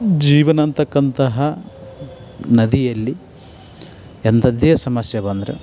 ಜೀವನ ಅಂತಕ್ಕಂತಹ ನದಿಯಲ್ಲಿ ಎಂಥದ್ದೇ ಸಮಸ್ಯೆ ಬಂದರು